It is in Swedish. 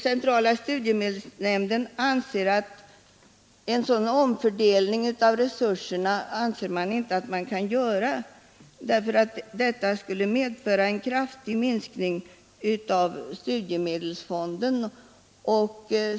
Centrala studiemedelsnämnden anser att detta skulle innebära en sådan omfördelning av resurserna att det skulle medföra en kraftig minskning av studiemedelsfonden.